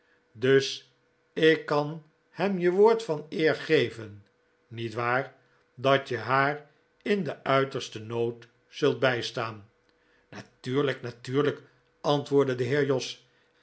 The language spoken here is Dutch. dus ik kan hem je woord van eer geven niet waar dat je haar in den uitersten nood zult bijstaan natuurlijk natuurlijk antwoordde de heer jos